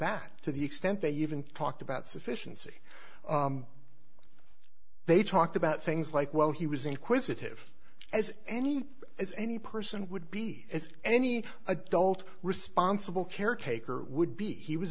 t to the extent they even talked about sufficiency they talked about things like well he was inquisitive as any as any person would be as any adult responsible caretaker would be he was